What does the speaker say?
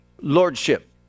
Lordship